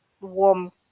warm